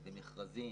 מכרזים,